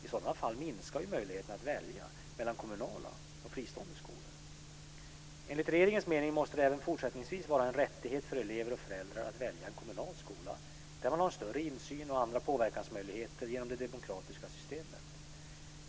I sådana fall minskar möjligheterna att välja mellan kommunala och fristående skolor. Enligt regeringens mening måste det även fortsättningsvis vara en rättighet för elever och föräldrar att välja en kommunal skola, där man har en större insyn och andra påverkansmöjligheter genom det demokratiska systemet.